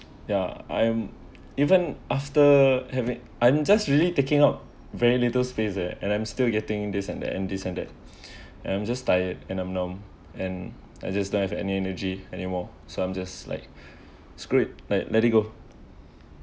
ya I'm even after having I'm just really taking up very little space there and I'm still getting this and that and this and that and I'm just tired and I'm norm and I just don't have any energy anymore so I'm just like scraped like let it go